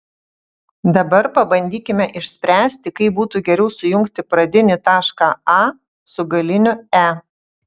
dabar pabandykime išspręsti kaip būtų geriau sujungti pradinį tašką a su galiniu e